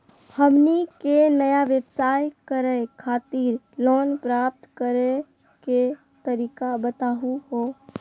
हमनी के नया व्यवसाय करै खातिर लोन प्राप्त करै के तरीका बताहु हो?